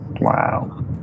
wow